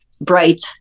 bright